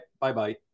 bye-bye